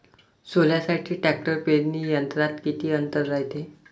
सोल्यासाठी ट्रॅक्टर पेरणी यंत्रात किती अंतर रायते?